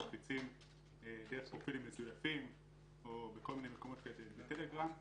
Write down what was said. מפיצים דרך פרופילים מזויפים או בטלגרם וכו'.